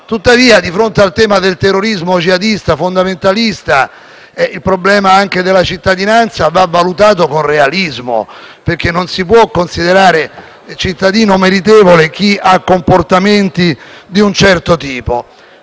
Tuttavia, di fronte al tema del terrorismo jihadista e fondamentalista, il problema della cittadinanza va valutato con realismo perché non si può considerare cittadino meritevole chi ha comportamenti di un certo tipo.